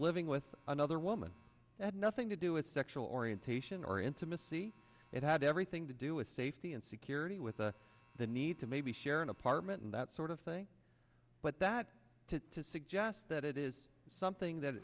living with another woman who had nothing to do with sexual orientation or intimacy it had everything to do with safety and security with a the need to maybe share an apartment and that sort of thing but that to suggest that it is something that